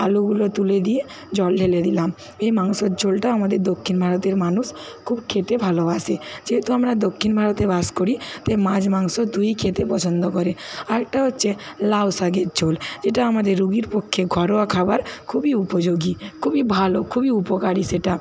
আলুগুলো তুলে দিয়ে জল ঢেলে দিলাম এই মাংসর ঝোলটা আমাদের দক্ষিণ ভারতের মানুষ খুব খেতে ভালোবাসে যেহেতু আমরা দক্ষিণ ভারতে বাস করি তাই মাছ মাংস দুইই খেতে পছন্দ করে আরেকটা হচ্ছে লাউ শাগের ঝোল যেটা আমাদের রুগির পক্ষে ঘরোয়া খাবার খুবই উপযোগী খুবই ভালো খুবই উপকারী সেটা